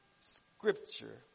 scripture